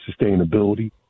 sustainability